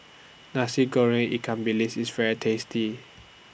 Nasi Goreng Ikan Bilis IS very tasty